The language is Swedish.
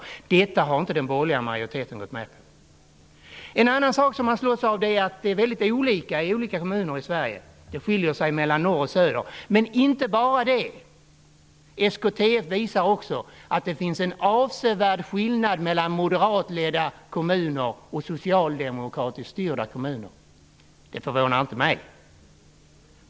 Detta har inte den borgerliga majoriteten gått med på. En annan sak som man slås av är att det är väldigt olika i olika kommuner i Sverige. Det skiljer sig mellan norr och söder, men inte bara det. SKTF visar att det också finns en avsevärd skillnad mellan moderatledda kommuner och socialdemokratiskt styrda kommuner. Det förvånar inte mig.